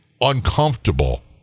uncomfortable